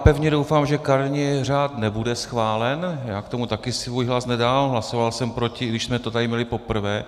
Pevně doufám, že kariérní řád nebude schválen, já k tomu taky svůj hlas nedal, hlasoval jsem proti, i když jsme to tady měli poprvé.